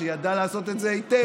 שידע לעשות את זה היטב.